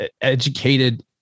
educated